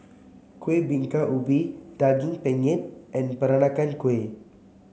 Kuih Bingka Ubi Daging Penyet and Peranakan Kueh